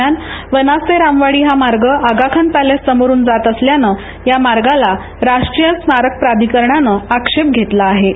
दरम्या न वनाज ते रामवाडी हा महामार्ग आगाखान पॅलेस समोरून जात असल्यातनं या मार्गाला राष्ट्री य स्मारक प्राधिकरणानं आक्षेप घेतला आहे